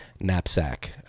Knapsack